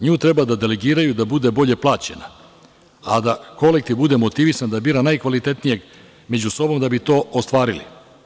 NJu treba da delegiraju da bude bolje plaćena, a da kolektiv bude motivisan da bira najkvalitetnijeg među sobom da bi to ostvarili.